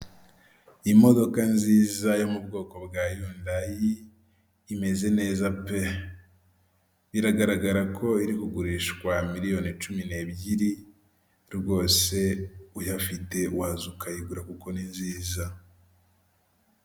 Imodoka nziza yo mu bwoko bwa Hyundai, imeze neza pe, biragaragara ko iri kugurishwa miliyoni cumi n'ebyiri rwose, uyafite waza ukayigura kuko ni nziza.